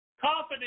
confident